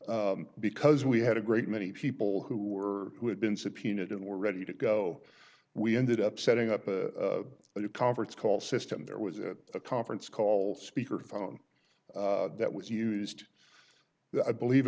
because we had a great many people who were who had been subpoenaed and were ready to go we ended up setting up a at a conference call system there was a conference call speakerphone that was used i believe